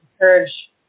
encourage